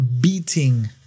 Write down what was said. beating